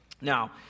now